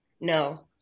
no